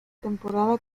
temporada